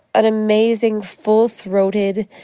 an amazing, full-throated,